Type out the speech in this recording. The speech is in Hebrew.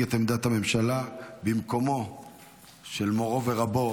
את עמדת הממשלה במקומו של מורו ורבו,